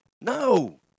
No